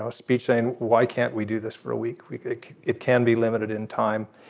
ah speech saying why can't we do this for a week. we could. it can be limited in time.